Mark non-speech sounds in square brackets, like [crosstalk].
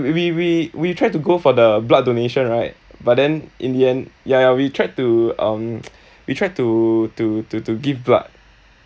we we we tried to go for the blood donation right but then in the end ya ya we tried to um [noise] we tried to to to to give blood